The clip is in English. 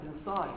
inside